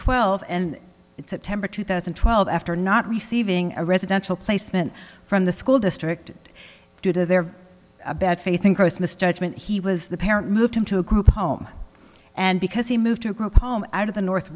twelve and it's september two thousand and twelve after not receiving a residential placement from the school district due to their bad faith in christmas judgment he was the parent moved into a group home and because he moved to a group home out of the north